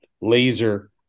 laser